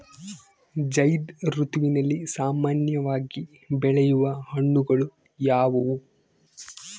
ಝೈಧ್ ಋತುವಿನಲ್ಲಿ ಸಾಮಾನ್ಯವಾಗಿ ಬೆಳೆಯುವ ಹಣ್ಣುಗಳು ಯಾವುವು?